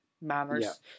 manners